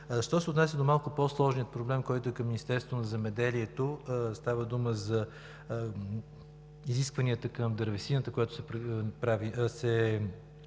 Що се отнася до малко по-сложния проблем, който е към Министерството на земеделието, храните и горите, става дума за изискванията към дървесината, която се предлага